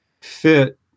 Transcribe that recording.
fit